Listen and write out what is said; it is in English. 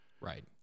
Right